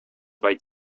vaid